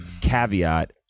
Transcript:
Caveat